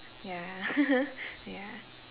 ya ya